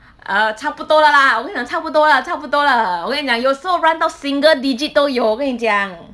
uh 差不多了啦我跟你讲差不多啊差不多啦我跟你讲有时候 run 到 single digit 都有我跟你讲